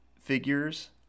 figures